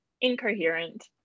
incoherent